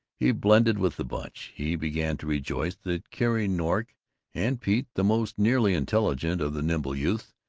he blended with the bunch. he began to rejoice that carrie nork and pete, the most nearly intelligent of the nimble youths,